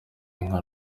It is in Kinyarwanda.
inka